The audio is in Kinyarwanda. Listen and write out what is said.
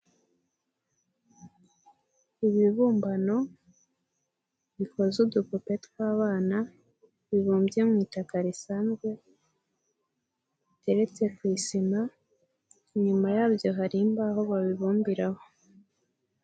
Ibibumbano bikoza udupupe tw'abana, bibumbye mu itaka risanzwe, biteretse ku isima, inyuma yabyo hari imbaho babibumbiraho.